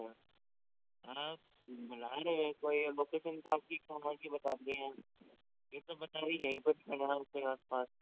आप बुला रहे हैं कोई और लोकेशन तो आपकी कहाँ की बता रही है यह तो बता रही है यहीं पर खड़ा हूँ कहीं आसपास